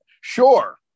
Sure